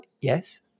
Yes